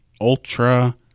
Ultra